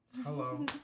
Hello